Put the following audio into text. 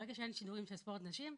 ברגע שאין שידורים של ספורט נשים,